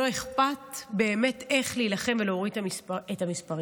לא אכפת באמת איך להילחם ולהוריד את המספרים.